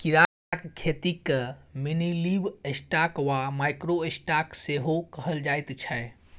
कीड़ाक खेतीकेँ मिनीलिवस्टॉक वा माइक्रो स्टॉक सेहो कहल जाइत छै